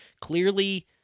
clearly